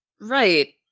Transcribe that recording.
Right